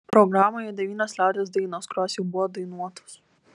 programoje devynios liaudies dainos kurios jau buvo dainuotos